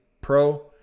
Pro